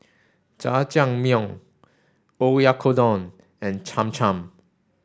Jajangmyeon Oyakodon and Cham Cham